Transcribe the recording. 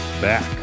back